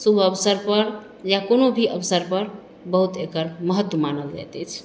शुभ अवसर पर या कओनो भी अवसर पर बहुत एकर महत्व मानल जाइत अछि